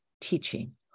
Teaching